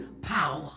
power